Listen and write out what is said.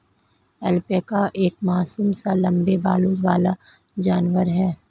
alpaca एक मासूम सा लम्बे बालों वाला जानवर है